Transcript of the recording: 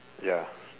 ya